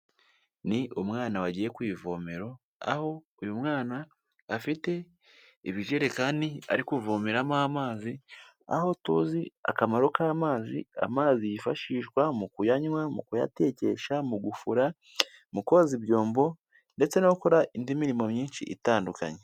Ni umwana wagiye ku ivomero, aho uyu mwana afite ibijerekani ari kuvomeramo amazi, aho tuzi akamaro k'amazi, amazi yifashishwa mu kuyanywa, mu kuyatekesha, mu gufura, mu koza ibyombo ndetse no gukora indi mirimo myinshi itandukanye.